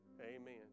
Amen